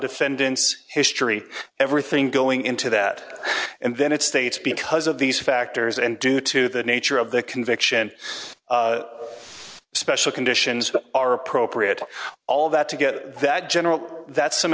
defendant's history everything going into that and then it states because of these factors and due to the nature of the conviction special conditions are appropriate all that to get that general that